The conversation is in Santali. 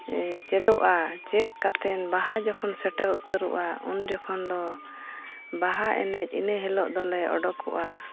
ᱪᱮᱫᱚᱜᱼᱟ ᱪᱮᱫ ᱠᱟᱛᱮ ᱵᱟᱦᱟ ᱡᱚᱠᱷᱚᱱ ᱥᱮᱴᱮᱨ ᱩᱛᱟᱹᱨᱚᱜᱼᱟ ᱩᱱ ᱡᱚᱠᱷᱚᱱ ᱫᱚ ᱵᱟᱦᱟ ᱮᱱᱮᱡ ᱤᱱᱟᱹ ᱦᱤᱞᱳᱜ ᱫᱚᱞᱮ ᱚᱰᱚᱠᱚᱜᱼᱟ